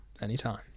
anytime